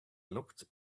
looked